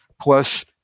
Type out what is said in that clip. plus